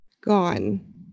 gone